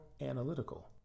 analytical